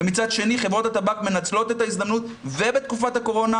ומצד שני חברות הטבק מנצלות את ההזדמנות ובתקופת הקורונה